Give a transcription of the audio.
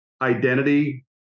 identity